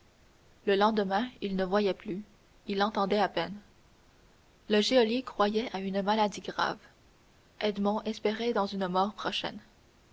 le lendemain il ne voyait plus il entendait à peine le geôlier croyait à une maladie grave edmond espérait dans une mort prochaine